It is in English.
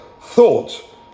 thought